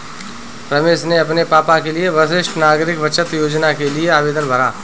रमेश ने अपने पापा के लिए वरिष्ठ नागरिक बचत योजना के लिए आवेदन भरा